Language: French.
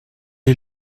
est